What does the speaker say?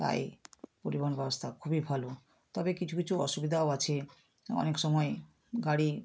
তাই পরিবহন ব্যবস্থা খুবই ভালো তবে কিছু কিছু অসুবিধাও আছে অনেক সময়ে গাড়ি